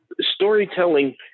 storytelling